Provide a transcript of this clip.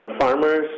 farmers